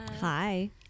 Hi